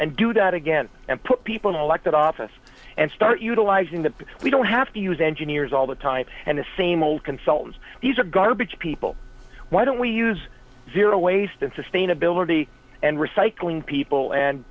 and do that again and put people in elected office and start utilizing that we don't have to use engineers all the time and the same old consultants these are garbage people why don't we use zero waste and sustainability and recycling people and